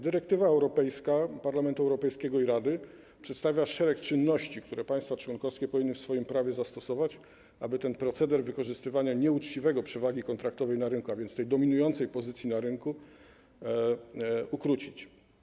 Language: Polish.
Dyrektywa europejska Parlamentu Europejskiego i Rady przedstawia szereg czynności, które państwa członkowskie powinny w swoim prawie zastosować, aby ten proceder nieuczciwego wykorzystywania przewagi kontraktowej na rynku, a więc tej dominującej pozycji na rynku, ukrócić.